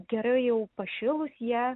gerai jau pašilus jie